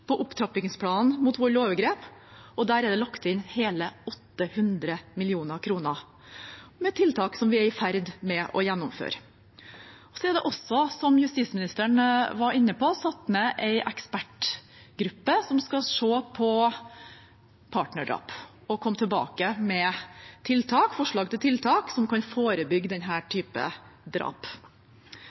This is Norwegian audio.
på opptrappingsplanen mot vold og overgrep, og det er lagt inn hele 800 mill. kr til tiltak som vi er i ferd med å gjennomføre. Det er også, som justisministeren var inne på, satt ned en ekspertgruppe som skal se på partnerdrap og komme tilbake med forslag til tiltak som kan forebygge